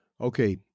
Okay